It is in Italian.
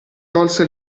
tolse